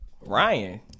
Ryan